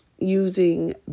Using